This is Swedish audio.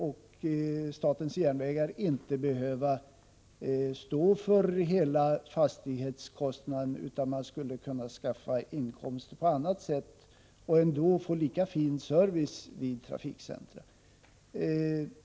Om statens järnvägar inte skulle behöva stå för hela fastighetskostnaden och om man kunde tillföra nya inkomstkällor, skulle man antagligen ändå kunna ge en lika god service vid dessa trafikcentra.